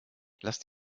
lasst